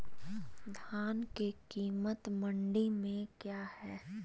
धान के कीमत मंडी में क्या है?